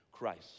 Christ